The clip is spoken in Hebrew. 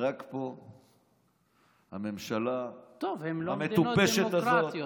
רק פה הממשלה, טוב, הן לא מדינות דמוקרטיות.